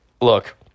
Look